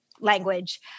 language